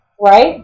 Right